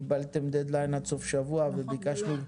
קיבלתם דד ליין עד סוף השבוע וביקשנו --- נכון.